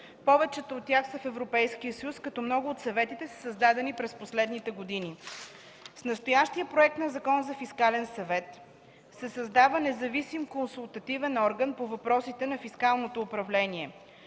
Повечето от тях са в Европейския съюз, като много от съветите са създадени през последните години. С настоящия Проект на Закон за фискален съвет се създава независим консултативен орган по въпросите на фискалното управление.